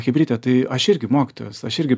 chebryte tai aš irgi mokytojas aš irgi